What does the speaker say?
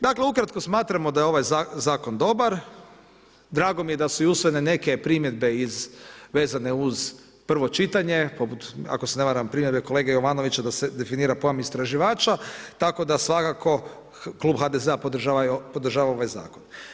Dakle, ukratko smatramo da je ovaj zakon dobar, drago mi je da su usvojene i neke primjedbe iz vezane uz prvo čitanje, ako se ne varam primjedbe kolege Jovanovića, da se definira pojam istraživača, tako da svakako Klub HDZ-a podržava ovaj zakon.